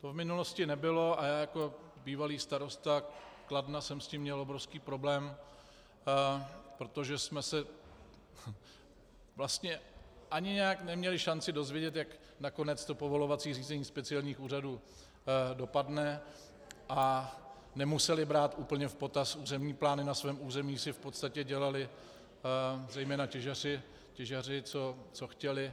To v minulosti nebylo a já jako bývalý starosta Kladna jsem s tím měl obrovský problém, protože jsme se vlastně ani nějak neměli šanci dozvědět, jak nakonec povolovací řízení speciálních úřadů dopadne, a nemuseli brát úplně v potaz územní plány, na svém území si v podstatě dělali zejména těžaři, co chtěli.